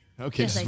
Okay